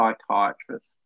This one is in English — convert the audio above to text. psychiatrist